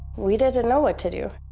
we didn't know what to do.